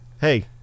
hey